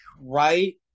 right